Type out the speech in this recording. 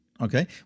Okay